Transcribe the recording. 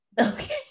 Okay